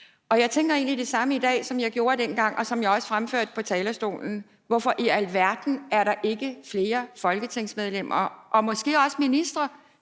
Og jeg tænker egentlig det samme i dag, som jeg gjorde dengang, og som jeg også fremførte på talerstolen: Hvorfor i alverden er der ikke flere folketingsmedlemmer og måske også ministre